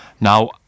Now